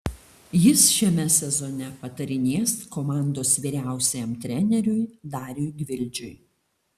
jis šiame sezone patarinės komandos vyriausiajam treneriui dariui gvildžiui